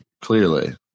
clearly